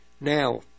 now